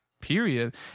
period